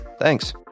Thanks